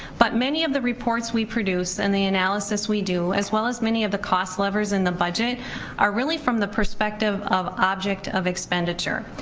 but many of the reports we produce and the analysis we do as well as many of the cost levers in the budget are really from the perspective of object of expenditure.